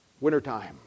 Wintertime